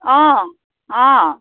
অঁ অঁ